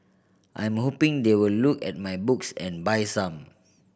I'm hoping they will look at my books and buy some